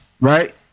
right